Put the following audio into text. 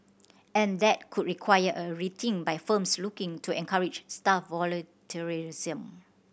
and that could require a rethink by firms looking to encourage staff volunteerism